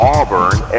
Auburn